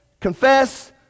confess